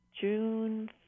June